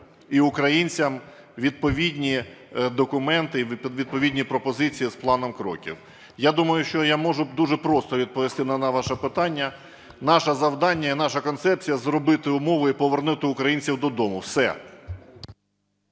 і українцям відповідні документи і відповідні пропозиції з планом кроків. Я думаю, що я можу дуже просто відповісти на ваше питання. Наше завдання і наша концепція – зробити умови і повернути українців додому. Все.